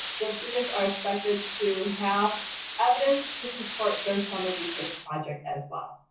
the students are expected to have evidence to support their summer research project as well.